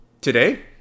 Today